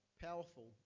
powerful